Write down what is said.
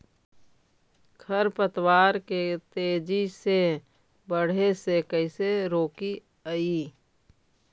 खर पतवार के तेजी से बढ़े से कैसे रोकिअइ?